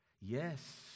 Yes